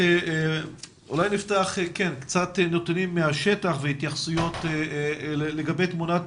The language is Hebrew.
נפתח בנתונים מהשטח והתייחסויות לגבי תמונת